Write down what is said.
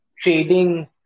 trading